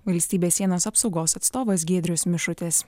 valstybės sienos apsaugos atstovas giedrius mišutis